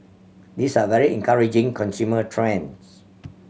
these are very encouraging consumer trends